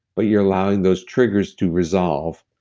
but you're allowing those triggers to resolve.